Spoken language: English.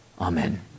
Amen